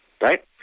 right